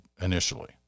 initially